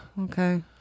Okay